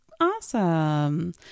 Awesome